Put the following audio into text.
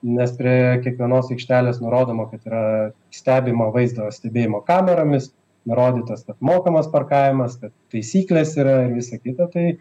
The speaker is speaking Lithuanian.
nes prie kiekvienos aikštelės nurodoma kad yra stebima vaizdo stebėjimo kameromis nurodytas kad mokamas parkavimas kad taisyklės yra ir visa kita tai